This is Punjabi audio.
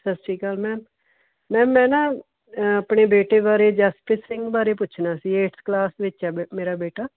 ਸਤਿ ਸ਼੍ਰੀ ਅਕਾਲ ਮੈਮ ਮੈਮ ਮੈਂ ਨਾ ਆਪਣੇ ਬੇਟੇ ਬਾਰੇ ਜਸਪ੍ਰੀਤ ਸਿੰਘ ਬਾਰੇ ਪੁੱਛਣਾ ਸੀ ਏਟਥ ਕਲਾਸ ਵਿੱਚ ਹੈ ਬੇ ਮੇਰਾ ਬੇਟਾ